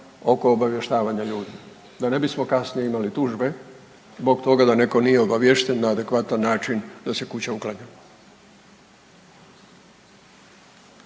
oko obavještavanja ljudi da ne bismo kasnije imali tužbe zbog toga da netko nije obaviješten na adekvatan način da se kuća uklanja.